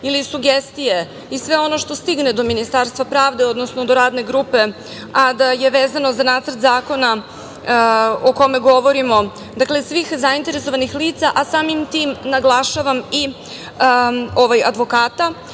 ili sugestije i sve ono što stigne do Ministarstva pravde, odnosno do radne grupe, a da je vezano za nacrt zakona o kome govorimo, dakle, svih zainteresovanih lica, a samim tim naglašavam i advokata,